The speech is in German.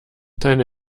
deine